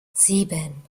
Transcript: sieben